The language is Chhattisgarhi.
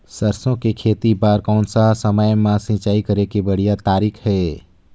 सरसो के खेती बार कोन सा समय मां सिंचाई करे के बढ़िया तारीक हे?